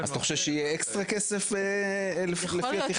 אז אתה חושב שיהיה אקסטרה כסף, לפי התכנון?